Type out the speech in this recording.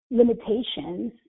limitations